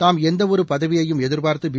தாம் எந்தவொரு பதவியையும் எதிர்பார்த்து பி